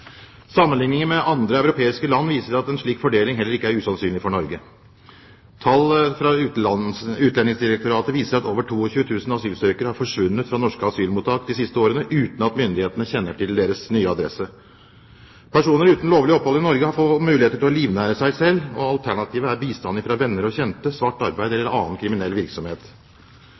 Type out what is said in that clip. Sammenligninger med andre europeiske land viser at en slik fordeling heller ikke er usannsynlig for Norge. Tall fra Utlendingsdirektoratet viser at over 22 000 asylsøkere har forsvunnet fra norske asylmottak de siste årene, uten at myndighetene kjenner til deres nye adresse. Personer uten lovlig opphold i Norge har få muligheter til å livnære seg selv. Alternativene er bistand fra venner og kjente, svart arbeid eller annen kriminell virksomhet.